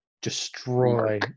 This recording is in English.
destroy